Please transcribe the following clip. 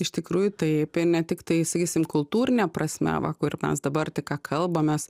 iš tikrųjų tai apeina tiktai sakysim kultūrine prasme va kur mes dabar tik ką kalbamės